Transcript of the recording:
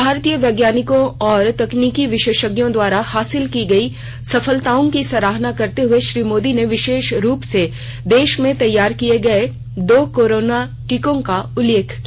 भारतीय वैज्ञानिकों और तकनिकी विशेषज्ञों द्वारा हासिल की गई सफलताओं की सराहना करते हुए श्री मोदी ने विशेष रूप से देश में तैयार किये गये दो कोरोना टीकों का उल्लेख किया